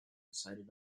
decided